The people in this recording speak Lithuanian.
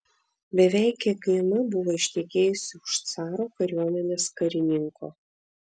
beveik kiekviena buvo ištekėjusi už caro kariuomenės karininko